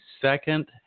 second